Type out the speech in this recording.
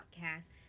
podcast